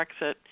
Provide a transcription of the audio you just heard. Brexit